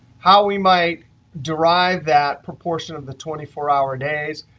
how we might derive that proportion of the twenty four hour days,